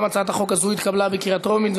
הצעת החוק התקבלה בקריאה טרומית,